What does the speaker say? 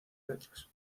letras